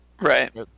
right